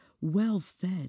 well-fed